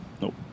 Nope